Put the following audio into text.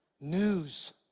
news